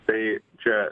tai čia